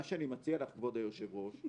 מה שאני מציע לך כבוד היושבת ראש,